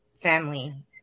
family